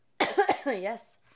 yes